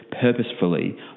purposefully